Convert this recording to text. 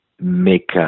make